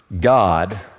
God